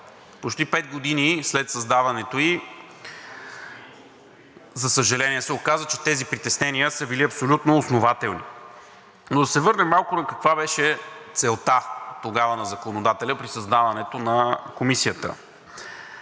Почти пет години след създаването ѝ, за съжаление, се оказа, че тези притеснения са били абсолютно основателни. Но да се върнем малко – каква беше целта тогава на законодателя при създаването на Комисията?